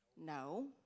No